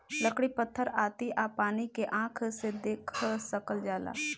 लकड़ी पत्थर आती आ पानी के आँख से देख सकल जाला